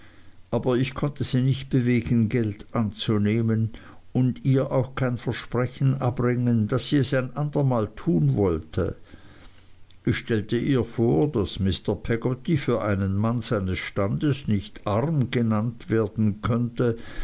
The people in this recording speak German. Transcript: aber ich konnte sie nicht bewegen geld anzunehmen und ihr auch kein versprechen abdringen daß sie es ein andermal tun wollte ich stellte ihr vor daß mr peggotty für einen mann seines standes nicht arm genannt werden könnte